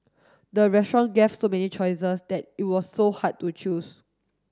the restaurant gave so many choices that it was so hard to choose